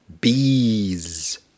Bees